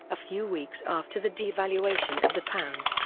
a few weeks after the devaluation of the pound,